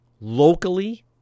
Locally